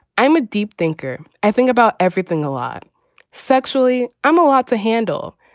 i'm a deep thinker. i think about everything a lot sexually. i'm a lot to handle